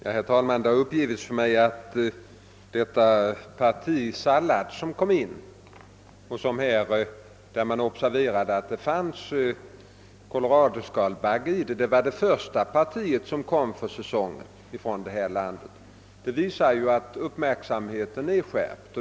Herr talman! Det har uppgivits för mig att det parti sallad, i vilket förekomst av koloradoskalbagge observera des, var det första parti som kom för säsongen från landet i fråga. Detta visar att uppmärksamheten är skärpt.